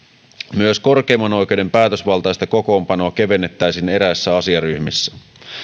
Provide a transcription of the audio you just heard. myös korkeimman oikeuden päätösvaltaista kokoonpanoa kevennettäisiin eräissä asiaryhmissä